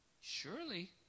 Surely